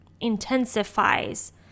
intensifies